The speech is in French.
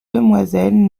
demoiselle